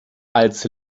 als